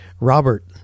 Robert